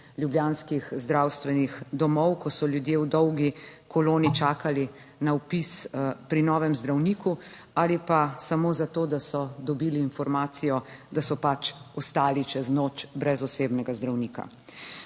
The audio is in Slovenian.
ljubljanskih zdravstvenih domov, ko so ljudje v dolgi koloni čakali na vpis pri novem zdravniku, ali pa samo za to, da so dobili informacijo, da so pač ostali čez noč brez osebnega zdravnika.